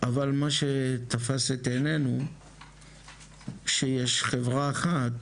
אבל מה שתפס את עינינו שיש חברה אחת